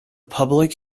public